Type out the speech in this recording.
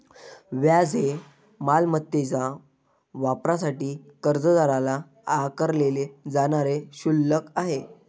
व्याज हे मालमत्तेच्या वापरासाठी कर्जदाराला आकारले जाणारे शुल्क आहे